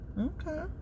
Okay